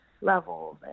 levels